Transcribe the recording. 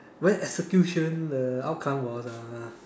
when execution the outcome was uh